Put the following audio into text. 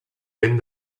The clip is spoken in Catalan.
ben